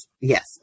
yes